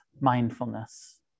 mindfulness